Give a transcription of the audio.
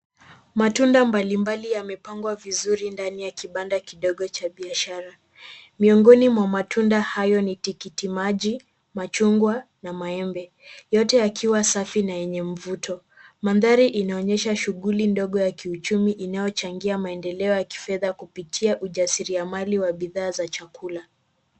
Matunda mabli mbali yamepangwa vizuri ndani ya kibanda kidogo cha biashara. Miongoni mwa matunda hayo ni tikiti maji, machungwa, na maembe yote yakiwa safi yenye mvuto. Mandhari inaonyesha shughuli ndogo ya kiuchumi inayochangia maendeleo ya kifedha kupitia ujaziri ya mali wa bidhaa ya chakula.